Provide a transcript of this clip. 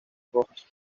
rojas